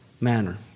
manner